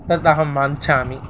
तदहं वाञ्छामि